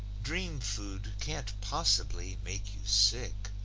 dream-food can't possibly make you sick.